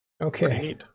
Okay